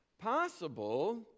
possible